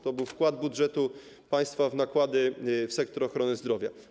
To był wkład budżetu państwa w nakłady na sektor ochrony zdrowia.